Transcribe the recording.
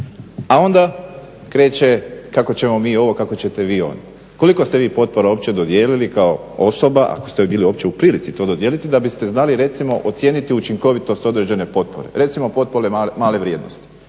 A onda kreće kako ćemo mi ovo, kako ćete vi ono. Koliko ste vi potpora uopće dodijelili kao osoba, ako ste bili uopće u prilici to dodijeliti da biste znali recimo ocijeniti učinkovitost određene potpore, recimo potpore male vrijednosti.